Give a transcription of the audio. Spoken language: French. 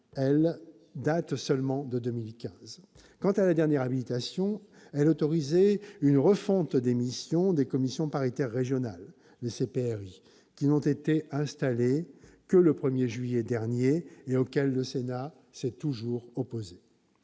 date seulement de 2015. Quant à la dernière habilitation, elle autorisait une refonte des missions des commissions paritaires régionales interprofessionnelles, les CPRI, qui n'ont été installées que le 1 juillet dernier et auxquelles le Sénat s'est toujours opposé.